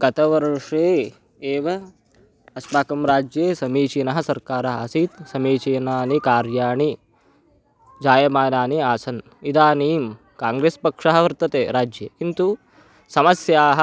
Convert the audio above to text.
गतवर्षे एव अस्माकं राज्ये समीचिनः सर्कारः आसीत् समीचीनानि कार्याणि जायमानानि आसन् इदानीं काङ्ग्रस् पक्षः वर्तते राज्ये किन्तु समस्याः